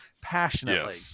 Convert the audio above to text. passionately